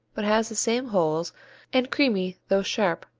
but has the same holes and creamy though sharp,